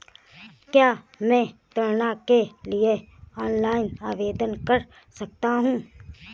क्या मैं ऋण के लिए ऑनलाइन आवेदन कर सकता हूँ?